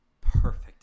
perfect